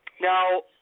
Now